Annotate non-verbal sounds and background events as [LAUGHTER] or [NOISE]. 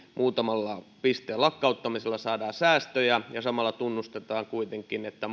muutamalla pisteen lakkauttamisella saadaan säästöjä ja samalla tunnustetaan kuitenkin että [UNINTELLIGIBLE]